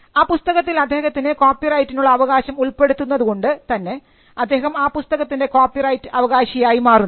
ആ പുസ്തകത്തിൽ അദ്ദേഹം കോപ്പിറൈറ്റിനുള്ള അവകാശം ഉൾപ്പെടുത്തുന്നതുകൊണ്ട് തന്നെ അദ്ദേഹം ആ പുസ്തകത്തിൻറെ കോപ്പിറൈറ്റ് അവകാശിയായി മാറുന്നു